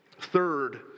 Third